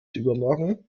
übermorgen